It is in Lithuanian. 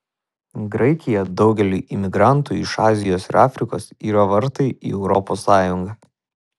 graikija daugeliui imigrantų iš azijos ir afrikos yra vartai į europos sąjungą